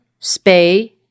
spay